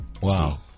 Wow